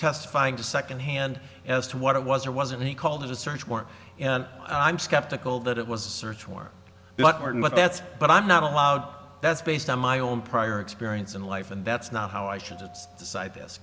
testifying to second hand as to what it was or wasn't he called it a search warrant and i'm skeptical that it was a search warrant but that's but i'm not allowed that's based on my own prior experience in life and that's not how i should decide this